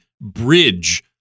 bridge